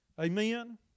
Amen